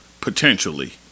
potentially